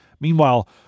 Meanwhile